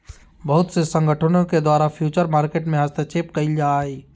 बहुत से संगठनों के द्वारा फ्यूचर मार्केट में हस्तक्षेप क़इल जा हइ